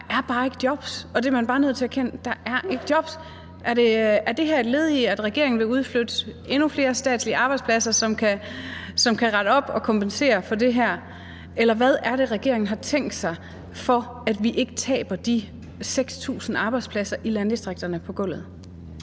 er bare ikke jobs, og det er man bare nødt til at erkende. Der er ikke jobs. Er det her et led i, at regeringen vil udflytte endnu flere statslige arbejdspladser, som kan rette op på og kompensere for det her, eller hvad er det, regeringen har tænkt sig at gøre, for at vi ikke taber de 6.000 arbejdspladser i landdistrikterne på gulvet?